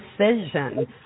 decision